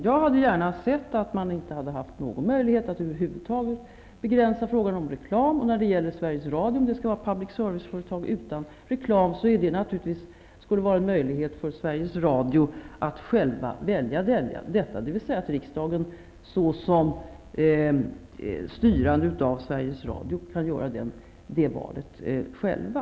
Jag hade gärna sett att det inte funnits någon möjlighet att över huvud taget begränsa frågan om reklam. När det gäller om Sveriges Radio skall vara ett public service-företag utan reklam skulle det naturligtvis föreligga en möjlighet för Sveriges Radio att själv välja, dvs. att riksdagen som den som styr Sveriges Radio uttalar att man kan göra valet själv.